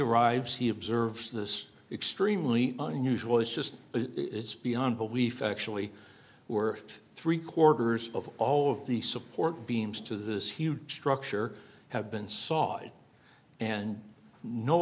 arrives he observes this extremely unusual it's just it's beyond belief actually worth three quarters of all of the support beams to this huge structure have been sawed and no